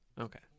Okay